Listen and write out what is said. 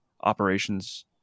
operations